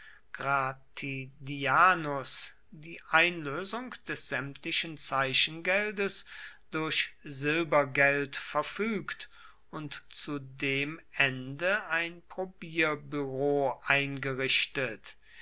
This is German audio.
gratidianus die einlösung des sämtlichen zeichengeldes durch silbergeld verfügt und zu dem ende ein probierbüro eingerichtet